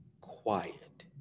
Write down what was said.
quiet